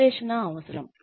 విశ్లేషణ అవసరం